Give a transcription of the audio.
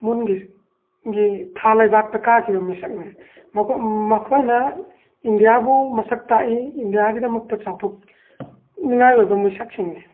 ꯃꯨꯟꯒꯤ ꯒꯤ ꯊꯥ ꯂꯩꯕꯥꯛꯇ ꯀꯥꯈꯤꯕ ꯃꯤꯁꯛꯅꯤ ꯃꯈꯣꯏꯅ ꯏꯟꯗꯤꯌꯥꯕꯨ ꯃꯁꯛ ꯇꯥꯛꯏ ꯏꯟꯗꯤꯌꯥꯒꯤꯗꯃꯛꯇ ꯆꯥꯎꯊꯣꯛ ꯅꯤꯡꯉꯥꯏ ꯑꯣꯏꯕ ꯃꯤꯁꯛꯁꯤꯡꯅꯤ